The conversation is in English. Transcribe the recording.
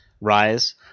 Rise